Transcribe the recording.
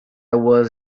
was